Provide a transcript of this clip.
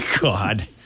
God